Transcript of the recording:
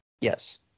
Yes